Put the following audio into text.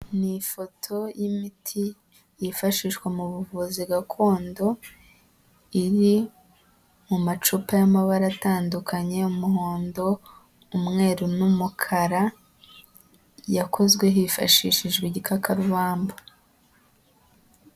Ni ifoto y'imiti yifashishwa mu buvuzi gakondo iri mu macupa y'amabara atandukanye, umuhondo, umweru n'umukara yakozwe hifashishijwe igitakakarubamba.